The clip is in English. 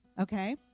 Okay